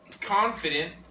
confident